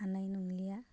हानाय नंलिया